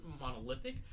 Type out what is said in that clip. monolithic